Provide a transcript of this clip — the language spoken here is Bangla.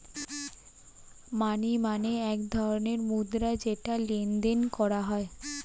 মানি মানে এক ধরণের মুদ্রা যেটা লেনদেন করা হয়